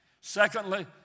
Secondly